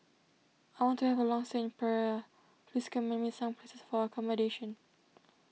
I want to have a long thing in Praia please commend me some places for accommodation